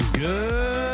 good